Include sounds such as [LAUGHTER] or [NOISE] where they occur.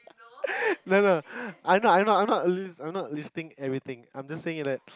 [LAUGHS] no no I not not not listing everything I'm just saying that